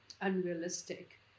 unrealistic